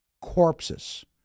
corpses